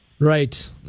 Right